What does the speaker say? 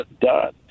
done